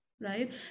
Right